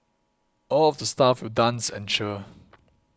all of the staff will dance and cheer